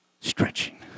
stretching